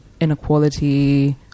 inequality